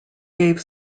gave